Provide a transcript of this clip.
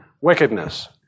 wickedness